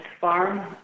farm